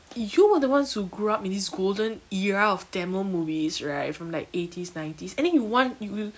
you are the ones who grew up in this golden era of tamil movies right from like eighties ninties and then you want you you